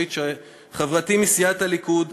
חברתי מסיעת הליכוד,